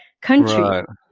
country